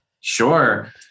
sure